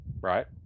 right